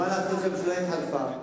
מה לעשות שהממשלה התחלפה?